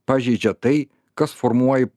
pažeidžia tai kas formuoji